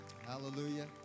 Hallelujah